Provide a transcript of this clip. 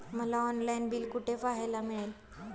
मला online bill कुठे पाहायला मिळेल?